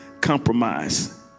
compromise